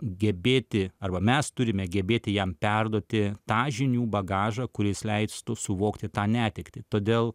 gebėti arba mes turime gebėti jam perduoti tą žinių bagažą kuris leistų suvokti tą netektį todėl